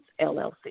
llc